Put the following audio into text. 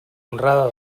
honrada